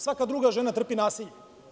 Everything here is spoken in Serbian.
Svaka druga žena trpi nasilje.